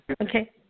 Okay